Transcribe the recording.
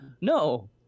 No